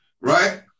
right